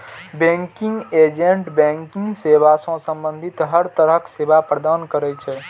banking agent banking सेवा सं संबंधित हर तरहक सेवा प्रदान करै छै